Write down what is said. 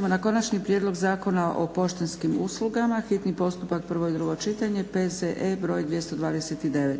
- Konačni prijedlog zakona o poštanskim uslugama, hitni postupak, prvo i drugo čitanje, P.Z.E br. 229.